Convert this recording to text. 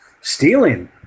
Stealing